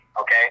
okay